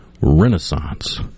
Renaissance